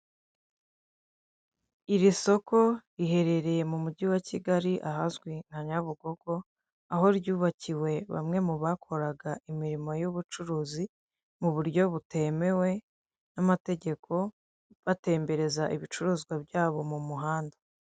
Iri soko riherereye mu mugi wa Kigali ahazwi nka Nyabugogo, aho ryubakiwe bamwe mu bakorana imirimo y'ubucuruzi mu buryo butemewe n'amategeko batembereza ibicuruzwa vyabo mumuhanda.